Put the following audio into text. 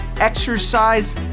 exercise